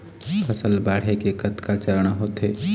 फसल बाढ़े के कतका चरण होथे?